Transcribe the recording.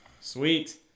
sweet